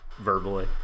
Verbally